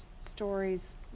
stories